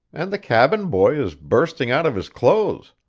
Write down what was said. and the cabin-boy is bursting out of his clothes.